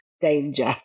Danger